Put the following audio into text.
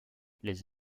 les